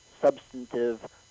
substantive